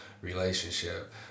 relationship